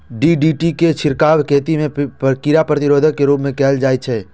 DDT के छिड़काव खेती मे कीड़ा प्रतिरोधी के रूप मे कैल जाइ छै